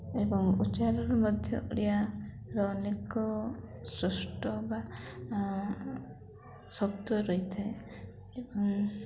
ଏବଂ ଉଚ୍ଚାରଣ ମଧ୍ୟ ଓଡ଼ିଆର ଅନେକ ସ୍ପଷ୍ଟ ବା ଶବ୍ଦ ରହିଥାଏ ଏବଂ